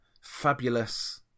fabulous